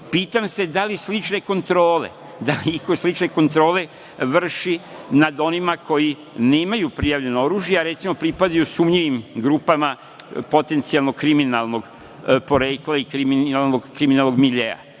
da li iko slične kontrole vrši nad onima koji nemaju prijavljeno oružje, a recimo, pripadaju sumnjivim grupama potencijalno kriminalnog porekla i kriminalnog miljea.